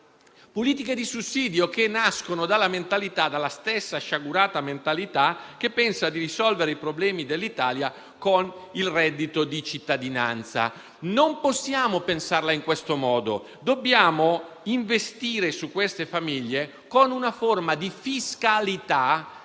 politiche di sussidio, che nascono dalla stessa sciagurata mentalità che pensa di risolvere i problemi dell'Italia con il reddito di cittadinanza. Non possiamo pensarla in questo modo. Dobbiamo investire su queste famiglie con una forma di fiscalità